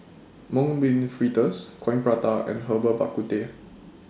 Mung Bean Fritters Coin Prata and Herbal Bak Ku Teh